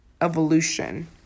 evolution